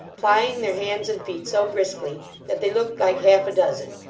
plying their hands and feet so briskly that they looked like half-a-dozen,